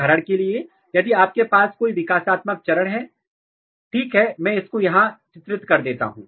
उदाहरण के लिए यदि आपके पास कोई विकासात्मक चरण है ठीक है मैं इसको यहां चित्रित कर देता हूं